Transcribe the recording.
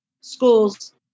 schools